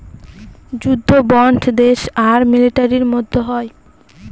যুদ্ধ বন্ড দেশ আর মিলিটারির মধ্যে হয়